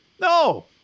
No